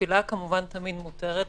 תפילה כמובן תמיד מותרת,